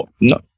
no